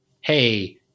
Hey